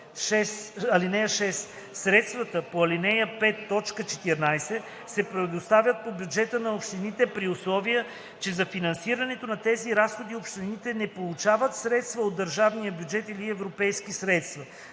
лв. (6) Средствата по ал. 5, т. 14 се предоставят по бюджетите на общините при условие, че за финансирането на тези разходи общините не получават средства от държавния бюджет или европейски средства.